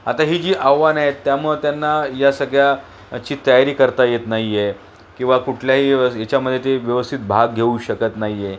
आता ही जी आव्हान आहेत त्यामुळं त्यांना या सगळ्याची तयारी करता येत नाही आहे किंवा कुठल्याही याच्यामध्ये ते व्यवस्थित भाग घेऊ शकत नाही आहे